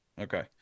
okay